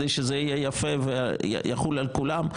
כדי שזה יהיה יפה ויחול על כולם?